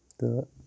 تہٕ